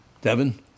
Devin